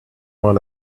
one